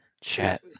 Chat